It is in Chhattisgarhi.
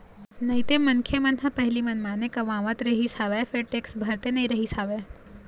नइते मनखे मन ह पहिली मनमाने कमावत रिहिस हवय फेर टेक्स भरते नइ रिहिस हवय